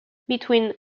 between